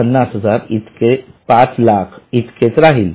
५००००० इतकेच राहील